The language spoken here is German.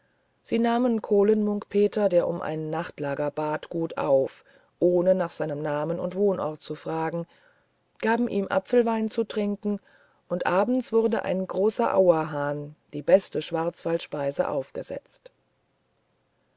sie nahmen kohlen munk peter der um ein nachtlager bat gut auf ohne nach seinem namen und wohnort zu fragen gaben ihm apfelwein zu trinken und abends wurde ein großer auerhahn die beste schwarzwaldspeise aufgesetzt